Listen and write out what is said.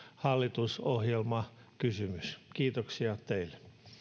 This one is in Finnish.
hallitusohjelmakysymys kiitoksia teille